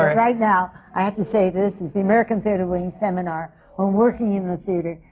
right now, i have to say this is the american theatre wing seminar on working in the theatre,